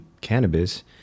cannabis